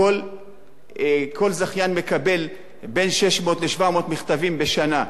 כל זכיין מקבל בין 600 ל-700 מכתבים בשנה,